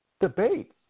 debate